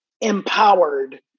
empowered